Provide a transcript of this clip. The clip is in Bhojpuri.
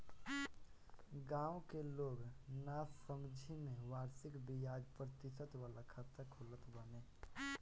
गांव के लोग नासमझी में वार्षिक बियाज प्रतिशत वाला खाता खोलत बाने